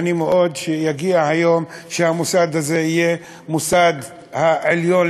ואני מקווה מאוד שיגיע היום שהמוסד הזה יהיה המוסד העליון